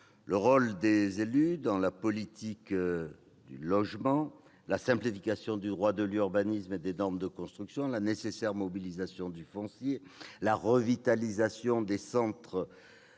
le rôle des élus dans la politique du logement, la simplification du droit de l'urbanisme et des normes de construction, la nécessaire mobilisation du foncier, la revitalisation des centres-villes